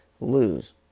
lose